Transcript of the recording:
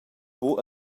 buc